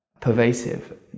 pervasive